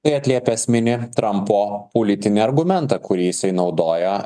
tai atliepia esminį trampo politinį argumentą kurį jisai naudoja